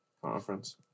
conference